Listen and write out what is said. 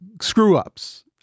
screw-ups